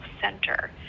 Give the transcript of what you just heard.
center